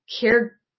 care